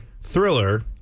Thriller